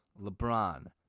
LeBron